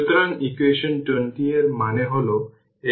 সুতরাং এই প্রশ্নটি কোথায় দেওয়া হয়েছে 4 এবং এখানে এটি 24